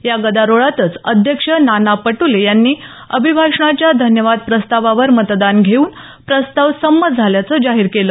या गदारोळातच अध्यक्ष नाना पटोले यांनी अभिभाषणाच्या धन्यवाद प्रस्तावावर मतदान घेऊन प्रस्ताव संमत झाल्याचं जाहीर केलं